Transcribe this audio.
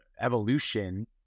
evolution